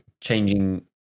changing